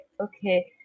okay